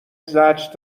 زجر